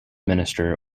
minister